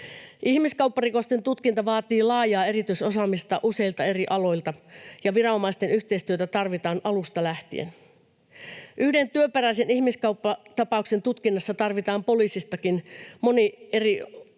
Ihmiskaupparikosten tutkinta vaatii laajaa erityisosaamista useilta eri aloilta, ja viranomaisten yhteistyötä tarvitaan alusta lähtien. Yhden työperäisen ihmiskauppatapauksen tutkinnassa tarvitaan poliisistakin monen eri